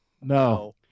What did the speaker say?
No